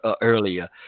earlier